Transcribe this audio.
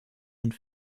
und